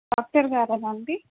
doctor గారేనా అండి